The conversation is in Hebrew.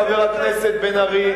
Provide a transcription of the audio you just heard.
חבר הכנסת בן-ארי,